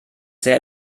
sich